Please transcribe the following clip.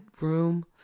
room